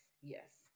yes